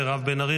מירב בן ארי,